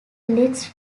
next